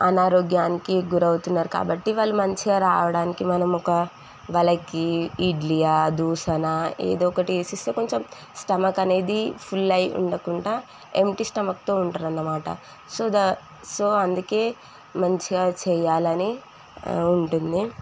అనారోగ్యానికి గురవుతున్నారు కాబట్టి వాళ్ళు మంచిగా రావడానికి మనం ఒక వాళ్ళకి ఇడ్లీయా దోశనా ఏదో ఒకటి ఏసిస్తే కొంచెం స్టమక్ అనేది ఫుల్ అయి ఉండకుండా ఎంప్టీ స్టమక్తో ఉంటారు అనమాట సో సో అందుకే మంచిగా చెయ్యాలని ఉంటుంది